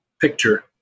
picture